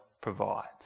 provides